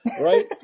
Right